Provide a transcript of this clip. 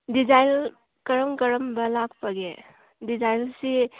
design ꯀꯔꯝ ꯀꯔꯝꯕ ꯂꯥꯛꯄꯒꯦ ꯗꯤꯖꯥꯏꯟꯁꯤ